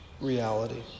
reality